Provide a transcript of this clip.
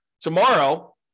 tomorrow